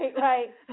right